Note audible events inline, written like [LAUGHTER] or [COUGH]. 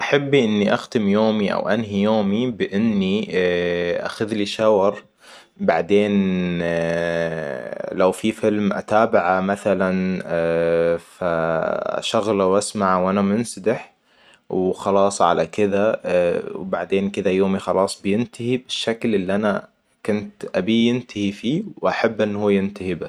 أحب إني أختم يومي او أنهي يومي بإني [HESITATION] أخذ لي شاور بعدين [HESITATION] لو في فيلم أتابعه مثلاً [HESITATION] فأشغله واسمعه وانا منسدح وخلاص على كذا [HESITATION] بعدين كذا يومي خلاص ينتهي بالشكل اللي أنا كنت أبيه ينتهي فيه وأحب إن هو ينتهي به